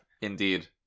Indeed